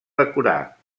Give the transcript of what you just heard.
decorar